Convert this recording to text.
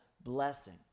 blessing